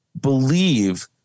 believe